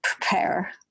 Prepare